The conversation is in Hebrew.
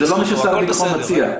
זה לא מה ששר הביטחון מציע.